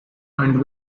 and